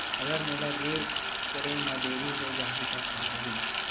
अगर मोला ऋण करे म देरी हो जाहि त का होही?